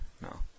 No